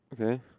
Okay